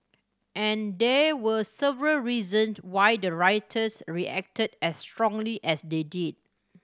and there were several reason why the rioters reacted as strongly as they did